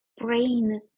Brain